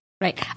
Right